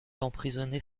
emprisonnés